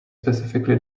specifically